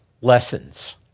lessons